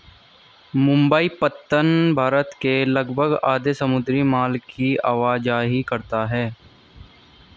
मुंबई पत्तन भारत के लगभग आधे समुद्री माल की आवाजाही करता है